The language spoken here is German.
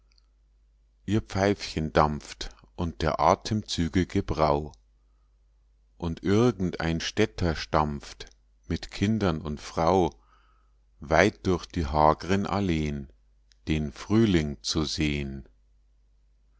ihr pfeifchen dampft und der atemzüge gebrau und irgend ein städter stampft mit kindern und frau weit durch die hagren alleen den frühling zu sehen